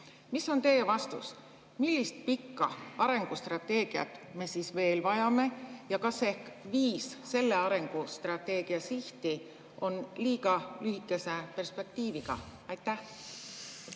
Mis on teie vastus, millist pikka arengustrateegiat me siis veel vajame? Kas viis selle arengustrateegia sihti on ehk liiga lühikese perspektiiviga? Aitäh,